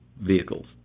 vehicles